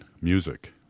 music